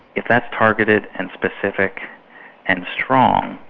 if that's targeted and specific and strong,